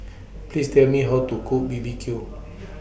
Please Tell Me How to Cook B B Q